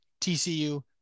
TCU –